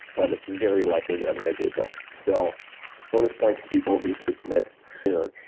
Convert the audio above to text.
but it's very likely that i'm going to do a book. so bonus points to people who submit soon.